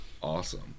awesome